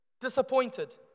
disappointed